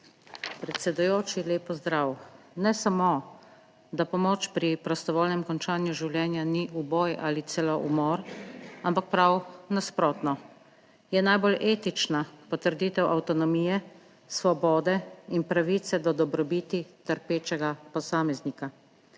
predsedujoči. Lep pozdrav! Ne samo, da pomoč pri prostovoljnem končanju življenja ni uboj ali celo umor, ampak prav nasprotno: je najbolj etična potrditev avtonomije, svobode in pravice do dobrobiti trpečega posameznika.